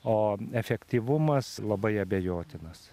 o efektyvumas labai abejotinas